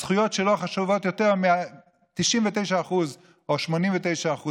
הזכויות שלו חשובות יותר משל 99% או 89%